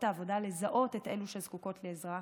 העבודה לזהות את אלו שזקוקות לעזרה.